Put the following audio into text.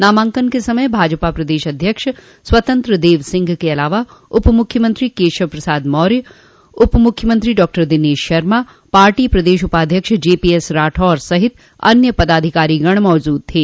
नामांकन के समय भाजपा प्रदेश अध्यक्ष स्वतंत्र देव सिंह के अलावा उप मुख्यमंत्री केशव प्रसाद मौर्य उप मुख्यमंत्री डॉक्टर दिनेश शर्मा पार्टी प्रदेश उपाध्यक्ष जेपीएस राठौर सहित अन्य पदाधिकारीगण मौजूद थे